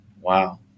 wow